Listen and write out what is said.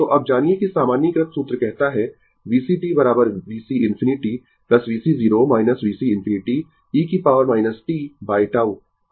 तो अब जानिए कि सामान्यीकृत सूत्र कहता है VCt VC ∞ VC 0 VC ∞ e की पॉवर t बाय tau